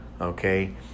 okay